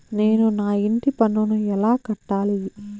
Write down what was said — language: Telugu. నేను నా ఇంటి పన్నును ఎలా కట్టాలి?